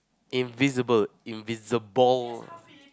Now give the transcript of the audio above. invisible invisible